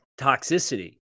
toxicity